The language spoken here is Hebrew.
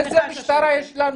איזו משטרה יש לנו?